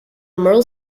merle